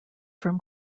from